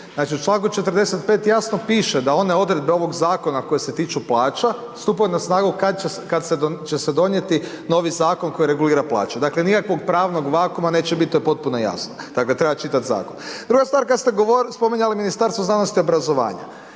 u članku 45. jasno piše da one odredbe ovog zakona koje se tiču plaća stupaju na snagu kada će se donijeti novi zakon koji regulira plaće. Dakle nikakvog pravnog vukuma neće biti to je potpuno jasno. Dakle treba čitati zakon. Druga stvar kada ste govorili, spominjali Ministarstvo znanosti i obrazovanja.